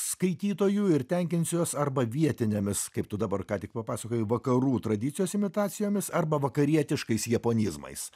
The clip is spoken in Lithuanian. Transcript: skaitytoju ir tenkinsiuos arba vietinėmis kaip tu dabar ką tik papasakojai vakarų tradicijos imitacijomis arba vakarietiškais japonizmais